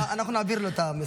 אנחנו נעביר לו את המסר.